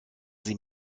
sie